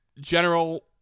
general